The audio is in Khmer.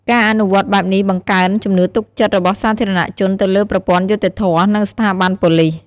ការអនុវត្តបែបនេះបង្កើនជំនឿទុកចិត្តរបស់សាធារណជនទៅលើប្រព័ន្ធយុត្តិធម៌ និងស្ថាប័នប៉ូលិស។